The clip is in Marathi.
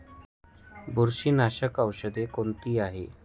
बुरशीनाशक औषधे कोणती आहेत?